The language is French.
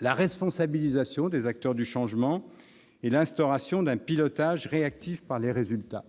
la responsabilisation des acteurs du changement et l'instauration d'un pilotage réactif par les résultats.